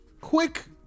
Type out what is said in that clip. quick